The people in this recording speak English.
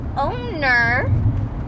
owner